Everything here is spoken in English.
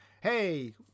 Hey